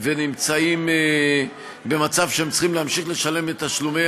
ונמצאים במצב שהם צריכים להמשיך לשלם את תשלומי